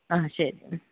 ആ ശരി